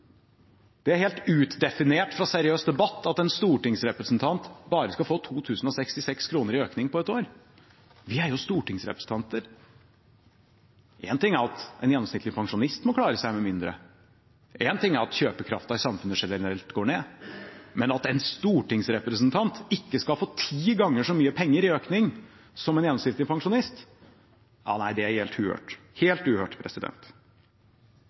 Det er helt utdefinert fra seriøs debatt at en stortingsrepresentant skal få bare 2 066 kr i økning på et år. Vi er jo stortingsrepresentanter. Én ting er at en gjennomsnittlig pensjonist må klare seg med mindre. En annen ting er at kjøpekrafta i samfunnet generelt går ned. Men at en stortingsrepresentant ikke skal få ti ganger så mye penger i økning som en gjennomsnittlig pensjonist, det er helt uhørt. Helt uhørt.